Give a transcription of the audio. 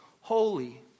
holy